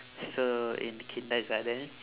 so in kindergarten